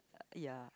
uh ya